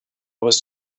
was